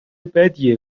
بدیه